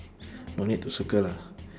don't need to circle lah